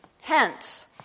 hence